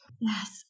Yes